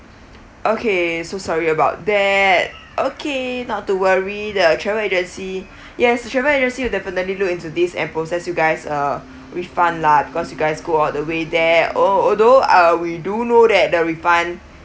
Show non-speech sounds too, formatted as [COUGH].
okay so sorry about that okay not to worry the travel agency [BREATH] yes the travel agency will definitely look into this and process you guys a refund lah cause you guys go all the way there oh although uh we do know that the refund